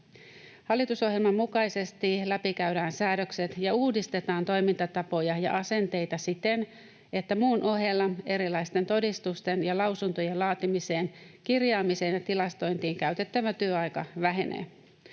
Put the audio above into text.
Hallitusohjelman mukaisesti läpikäydään säädökset ja uudistetaan toimintatapoja ja asenteita siten, että muun ohella erilaisten todistusten ja lausuntojen laatimiseen, kirjaamiseen ja tilastointiin käytettävä työaika vähenee.